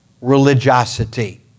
religiosity